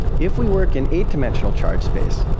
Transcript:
if we work in eight-dimensional charge space,